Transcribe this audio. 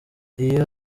iyo